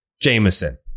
Jameson